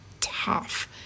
tough